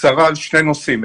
בקצרה על שני נושאים.